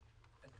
את